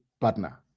partner